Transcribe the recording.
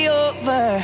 over